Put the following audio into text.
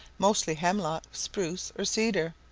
mostly hemlock, spruce, or cedar,